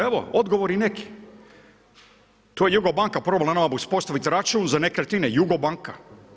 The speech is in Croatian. Evo odgovori neki, to je Jugo banka probala nama uspostavit račun za nekretnine, Jugo banka.